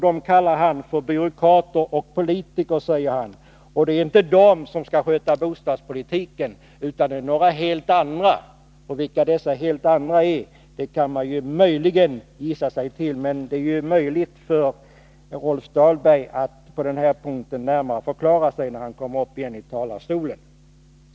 Dem kallade han för byråkrater och politiker. Det är inte de som skall sköta bostadspolitiken utan några helt andra. Vilka dessa helt andra är kan man möjligen gissa sig till. Men Rolf Dahlberg kan på denna punkt närmare förklara sig, när han åter kommer upp i talarstolen.